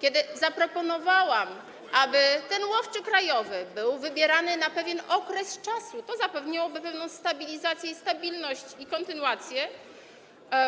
Kiedy zaproponowałam, aby ten łowczy krajowy był wybierany na pewien okres, co zapewniłoby pewną stabilizację, stabilność i kontynuację,